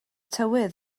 tywydd